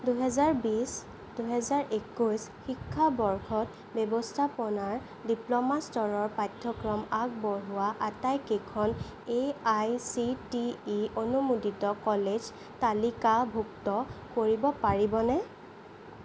দুহেজাৰ বিশ দুহেজাৰ একৈছ শিক্ষাবৰ্ষত ব্যৱস্থাপনাৰ ডিপ্ল'মা স্তৰৰ পাঠ্যক্ৰম আগবঢ়োৱা আটাইকেইখন A I C T E অনুমোদিত কলেজ তালিকাভুক্ত কৰিব পাৰিবনে